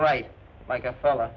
right like a fella